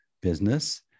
business